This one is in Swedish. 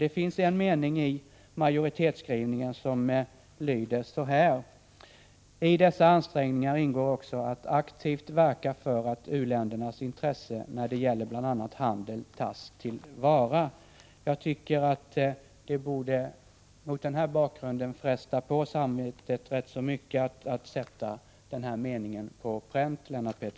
En mening i majoritetsskrivningen lyder så här: ”I dessa ansträngningar ingår också att aktivt verka för att u-ländernas intressen när det gäller bl.a. handel tas till vara.” Jag tycker, Lennart Pettersson, att det mot denna bakgrund borde fresta på samvetet rätt mycket att sätta denna mening på pränt.